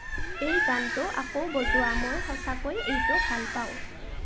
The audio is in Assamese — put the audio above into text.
এই গানটো আকৌ বজোৱা মই সঁচাকৈ এইটো ভাল পাওঁ